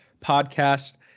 podcast